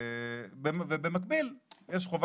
במקביל יש אחריות